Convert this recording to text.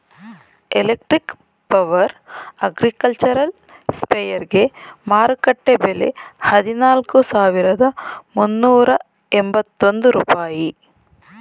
electric power agricultural ಸ್ಪ್ರೆಯರ್ಗೆ ಮಾರುಕಟ್ಟೆ ಬೆಲೆ ಹದಿನಾಲ್ಕು ಸಾವಿರದ ಮುನ್ನೂರ ಎಂಬತ್ತೊಂದು ರೂಪಾಯಿ